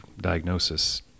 diagnosis